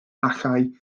achau